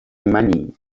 منی